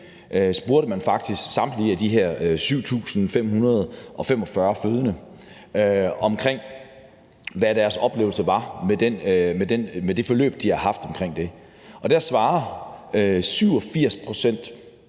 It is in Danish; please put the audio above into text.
spurgte man faktisk samtlige 7.545 fødende om, hvad deres oplevelser var af det forløb, de havde haft. Der svarede 87